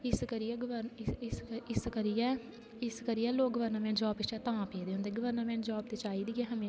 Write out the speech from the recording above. इ इस करियै इस करियै लोक गवर्नामेंट जाॅव च ऐ तां पेदे होंदे गवर्नामेंट जाॅव ते चाहिदी ऐ समां